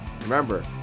Remember